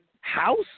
house